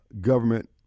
government